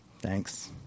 Thanks